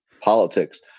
politics